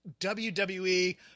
WWE